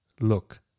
look